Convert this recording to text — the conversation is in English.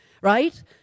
Right